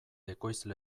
ekoizle